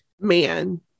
man